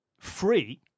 Free